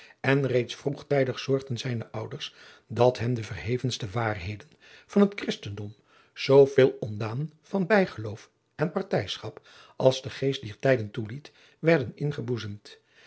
en reeds vroegtijdig zorgden zijne ouders dat hem de verhevenste waarheden van het christendom zoo veel ontdaan van bijgeloof en partijschap als de geest dier tijden toeliet werden